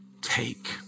take